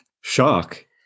shock